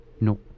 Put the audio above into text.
No